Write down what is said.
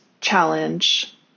challenge